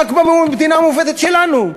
רק במדינה המעוותת שלנו.